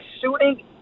shooting